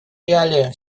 реалии